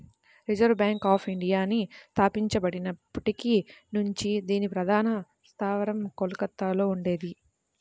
reserve bank of ఇండియాని స్థాపించబడినప్పటి నుంచి దీని ప్రధాన స్థావరం కోల్కతలో ఉండేది